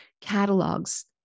catalogs